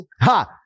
Ha